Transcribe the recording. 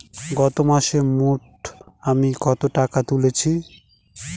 গত মাসে মোট আমি কত টাকা তুলেছি?